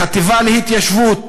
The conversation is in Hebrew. החטיבה להתיישבות